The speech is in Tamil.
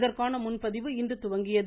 இதற்கான முன்பதிவு இன்று துவங்கியது